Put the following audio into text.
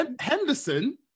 Henderson